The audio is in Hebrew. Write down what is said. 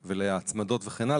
ולהצמדות וכן הלאה.